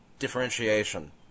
differentiation